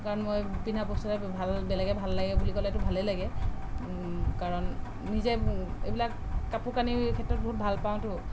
কাৰণ মই পিন্ধা বস্তু এটা ভাল বেলেগে ভাল লাগে বুলি ক'লেতো ভালেই লাগে কাৰণ নিজে এইবিলাক কাপোৰ কানিৰ ক্ষেত্ৰত বহুত ভালপাওঁতো